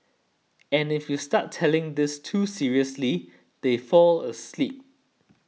and if you start telling this too seriously they fall asleep